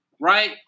right